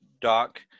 doc